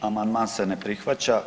Amandman se ne prihvaća.